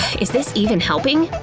is this even helping?